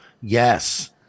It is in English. Yes